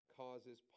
causes